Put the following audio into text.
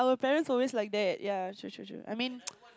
parents always like that ya true true true I mean